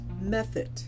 method